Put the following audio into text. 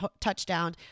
touchdown